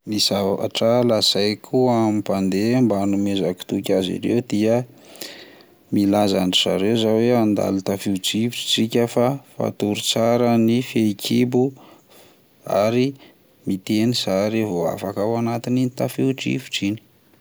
Ny zavatra lazaiko amin'ny mpandeha mba hanomezako toky azy ireo dia milaza an-ndry zareo zah hoe andalo tafio-drivotra tsika fa fatory tsara ny fehikibo, ary miteny zah revo afaka ao anatin'iny tafio-drivotra iny.